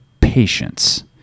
patience